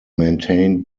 maintained